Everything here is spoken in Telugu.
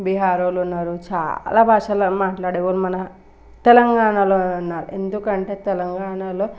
బీహారు వాళ్ళు ఉన్నారు చాలా భాషలు మాట్లాడే వాళ్ళు మన తెలంగాణలో ఉన్నారు ఎందుకంటే తెలంగాణలో